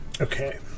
Okay